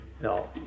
No